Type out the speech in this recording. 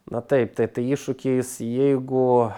na taip tai iššūkis jeigu